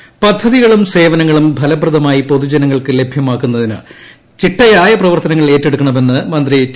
രാമകൃഷ്ണൻ പദ്ധതികളും സേവനങ്ങളും ഫലപ്രദമായി പൊതുജനങ്ങൾക്ക് ലഭ്യമാക്കുന്നതിന് ചിട്ടയായ പ്രവർത്തനങ്ങൾ ഏറ്റെടുക്കണമെന്ന് മന്ത്രി ടി